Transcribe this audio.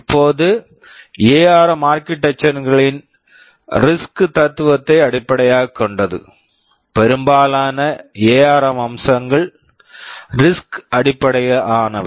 இப்போது ARM ARM architecture architecture களின் risk RISC தத்துவத்தை அடிப்படையாகக் கொண்டது பெரும்பாலான எஆர்ம் ARM அம்சங்கள் ரிஸ்க் RISC அடிப்படையிலானவை